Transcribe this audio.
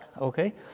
okay